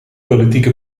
politieke